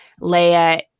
Leia